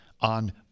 on